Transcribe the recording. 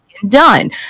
Done